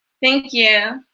thank you.